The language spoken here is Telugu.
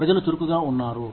ప్రజలు చురుకుగా ఉన్నారు